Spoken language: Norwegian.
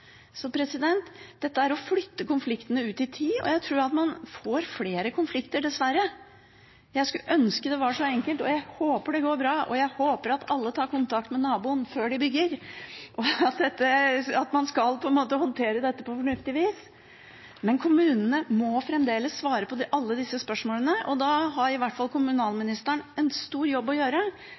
så enkelt, og jeg håper det går bra. Jeg håper at alle tar kontakt med naboen før de bygger, og at man håndterer dette på fornuftig vis. Men kommunene må fremdeles svare på alle disse spørsmålene. Da har i hvert fall kommunalministeren en stor jobb å gjøre